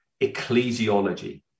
ecclesiology